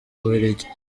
bubiligi